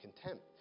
contempt